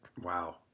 wow